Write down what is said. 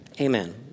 Amen